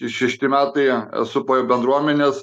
šešti metai esu po bendruomenės